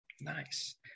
Nice